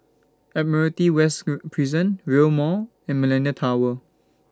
Admiralty West Prison Rail Mall and Millenia Tower